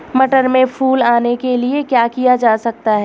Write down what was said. मटर में फूल आने के लिए क्या किया जा सकता है?